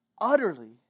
utterly